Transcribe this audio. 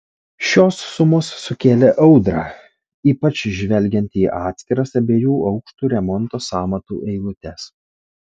šios sumos sukėlė audrą ypač žvelgiant į atskiras abiejų aukštų remonto sąmatų eilutes